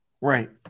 Right